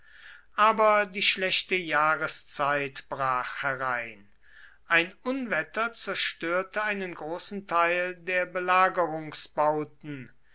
aber die schlechte jahreszeit brach herein ein unwetter zerstörte einen großen teil der